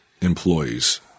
employees